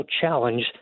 challenge